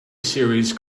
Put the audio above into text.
series